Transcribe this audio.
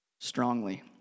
strongly